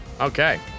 Okay